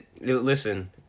Listen